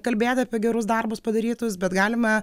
kalbėt apie gerus darbus padarytus bet galima